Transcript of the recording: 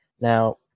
Now